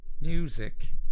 Music